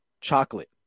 chocolate